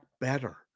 better